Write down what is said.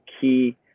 key